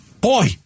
Boy